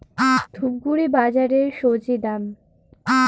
ধূপগুড়ি বাজারের স্বজি দাম?